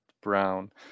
Brown